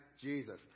Jesus